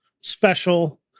special